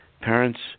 parents